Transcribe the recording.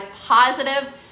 positive